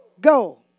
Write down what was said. go